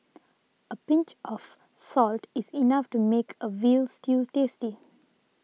a pinch of salt is enough to make a Veal Stew tasty